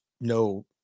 no